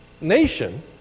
nation